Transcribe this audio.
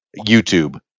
YouTube